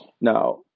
Now